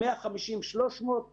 מ-150 עד 300,